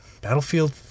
Battlefield